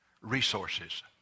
resources